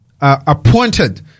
appointed